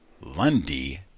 Lundy